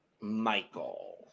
Michael